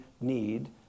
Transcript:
need